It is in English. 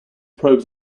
probes